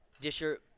Disher